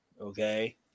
okay